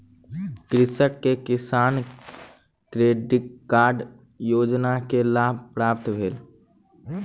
कृषक के किसान क्रेडिट कार्ड योजना के लाभ प्राप्त भेल